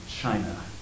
china